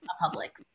public